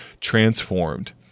Transformed